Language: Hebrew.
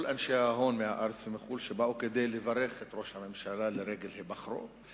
כל אנשי ההון מהארץ ומחו"ל שבאו כדי לברך את ראש הממשלה לרגל היבחרו.